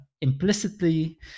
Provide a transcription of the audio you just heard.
implicitly